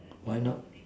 why not